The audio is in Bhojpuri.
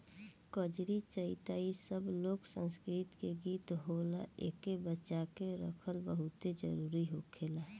कजरी, चइता इ सब लोक संस्कृति के गीत होला एइके बचा के रखल बहुते जरुरी होखेला